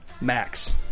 max